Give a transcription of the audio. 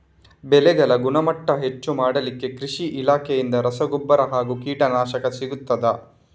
ಬೆಳೆಗಳ ಗುಣಮಟ್ಟ ಹೆಚ್ಚು ಮಾಡಲಿಕ್ಕೆ ಕೃಷಿ ಇಲಾಖೆಯಿಂದ ರಸಗೊಬ್ಬರ ಹಾಗೂ ಕೀಟನಾಶಕ ಸಿಗುತ್ತದಾ?